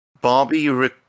Barbie